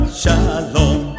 shalom